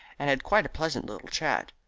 and had quite a pleasant little chat.